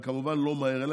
וכמובן לא מהר,